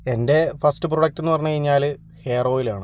എൻ്റെ first product എന്ന് പറഞ്ഞു കഴിഞ്ഞാൽ ഹെയർ ഓയിൽ ആണ്